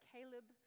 Caleb